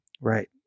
Right